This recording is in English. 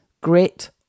grit